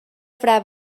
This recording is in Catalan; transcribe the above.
fra